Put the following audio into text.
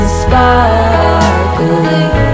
sparkling